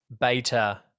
beta